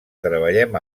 treballem